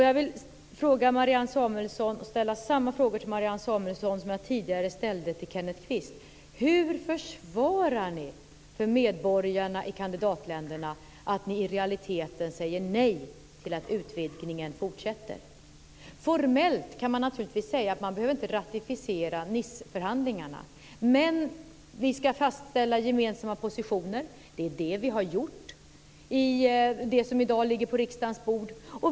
Jag vill ställa samma frågor till Marianne Samuelsson som jag tidigare ställde till Kenneth Kvist: Hur försvarar ni för medborgarna i kandidatländerna att ni i realiteten säger nej till att utvidgningen fortsätter? Formellt kan man naturligtvis säga att Niceförhandlingarna inte behöver ratificeras, men vi ska fastställa gemensamma positioner. Det har vi också gjort i det som i dag ligger på riksdagens bord.